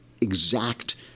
exact